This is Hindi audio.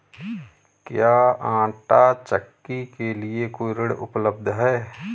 क्या आंटा चक्की के लिए कोई ऋण उपलब्ध है?